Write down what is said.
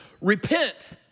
repent